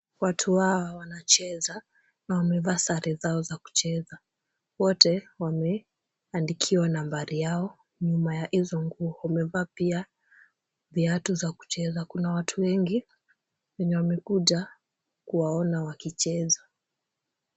Watu hawa wanacheza na wamevaa sare zao za kucheza. Wote wameandikiwa nambari yao nyuma ya hizo nguo. Wamevaa pia viatu za kucheza. Kuna watu wengi wenye wamekuja kuwaona wakicheza.